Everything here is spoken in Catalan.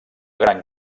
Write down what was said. gran